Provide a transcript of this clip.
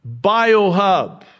Biohub